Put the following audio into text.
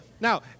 now